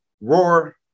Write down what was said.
roar